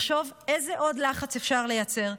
לחשוב איזה עוד לחץ אפשר לייצר,